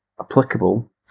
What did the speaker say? applicable